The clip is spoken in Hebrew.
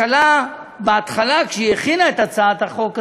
הממשלה, בהתחלה, כשהיא הכינה את הצעת החוק הזאת,